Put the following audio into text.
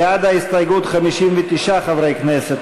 59 חברי כנסת,